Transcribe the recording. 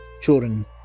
Children